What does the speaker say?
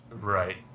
right